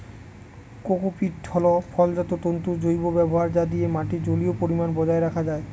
cocopeat হল ফলজাত তন্তুর জৈব ব্যবহার যা দিয়ে মাটির জলীয় পরিমান বজায় রাখা যায়